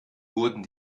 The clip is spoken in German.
wurden